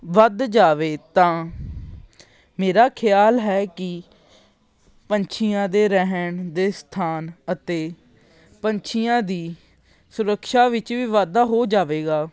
ਵੱਧ ਜਾਵੇ ਤਾਂ ਮੇਰਾ ਖਿਆਲ ਹੈ ਕਿ ਪੰਛੀਆਂ ਦੇ ਰਹਿਣ ਦੇ ਸਥਾਨ ਅਤੇ ਪੰਛੀਆਂ ਦੀ ਸੁਰਕਸ਼ਾ ਵਿੱਚ ਵੀ ਵਾਧਾ ਹੋ ਜਾਵੇਗਾ